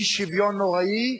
אי-שוויון נוראי,